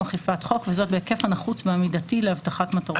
אכיפת חוק, וזאת בהיקף הנחוץ והמידתי להבטחת מטרות אלו.